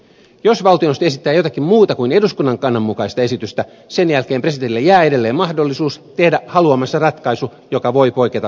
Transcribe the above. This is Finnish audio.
jos valtioneuvosto esittää jotakin muuta kuin eduskunnan kannan mukaista esitystä sen jälkeen presidentille jää edelleen mahdollisuus tehdä haluamansa ratkaisu joka voi poiketa valtioneuvoston kannasta